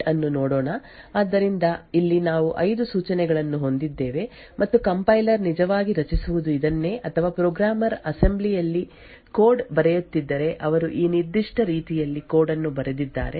ಆದ್ದರಿಂದ ನಮಗೆ ಈ ಸೂಚನೆಗಳ ಸೆಟ್ ಅನ್ನು ನೋಡೋಣ ಆದ್ದರಿಂದ ಇಲ್ಲಿ ನಾವು 5 ಸೂಚನೆಗಳನ್ನು ಹೊಂದಿದ್ದೇವೆ ಮತ್ತು ಕಂಪೈಲರ್ ನಿಜವಾಗಿ ರಚಿಸಿರುವುದು ಇದನ್ನೇ ಅಥವಾ ಪ್ರೋಗ್ರಾಮರ್ ಅಸೆಂಬ್ಲಿ ಯಲ್ಲಿ ಕೋಡ್ ಬರೆಯುತ್ತಿದ್ದರೆ ಅವರು ಈ ನಿರ್ದಿಷ್ಟ ರೀತಿಯಲ್ಲಿ ಕೋಡ್ ಅನ್ನು ಬರೆದಿದ್ದಾರೆ